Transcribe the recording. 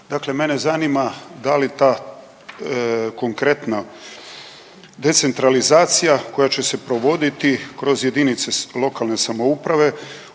Dakle, mene zanima da li ta konkretna decentralizacija koja će se provoditi kroz jedinice lokalne samouprave